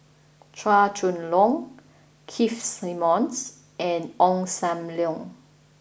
Chua Chong Long Keith Simmons and Ong Sam Leong